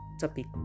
topic